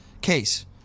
case